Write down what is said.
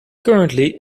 currently